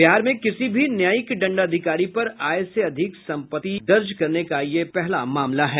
बिहार में किसी भी न्यायिक दंडाधिकारी पर आय से अधिक संपत्ति दर्ज करने का यह पहला मामला है